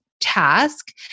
task